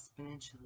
exponentially